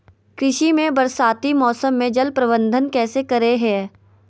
कृषि में बरसाती मौसम में जल प्रबंधन कैसे करे हैय?